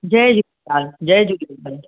जय झूलेलाल जय झूलेलाल